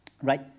Right